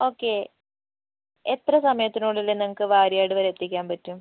okay എത്ര സമയത്തിനുള്ളില് നിങ്ങൾക്ക് വാര്യട് വരെ എത്തിക്കാൻ പറ്റും